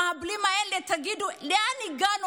המחבלים האלה, תגידו, לאן הגענו?